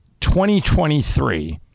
2023